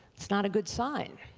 it's not a good sign.